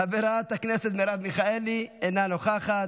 חבר הכנסת אריאל קלנר, אינו נוכח,